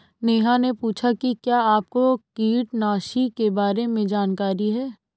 नेहा ने पूछा कि क्या आपको कीटनाशी के बारे में जानकारी है?